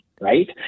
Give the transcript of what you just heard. Right